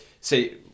Say